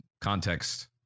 context